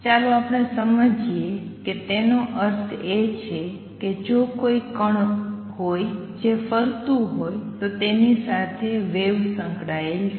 ચાલો આપણે સમજીએ કે તેનો અર્થ એ છે કે જો કોઈ કણ હોય જે ફરતું હોય તો તેની સાથે એક વેવ સંકળાયેલ છે